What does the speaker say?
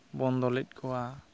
ᱵᱚᱱᱫᱚ ᱞᱮᱫ ᱠᱚᱣᱟ